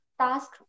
task